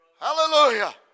Hallelujah